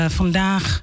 vandaag